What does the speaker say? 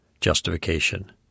justification